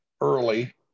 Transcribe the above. early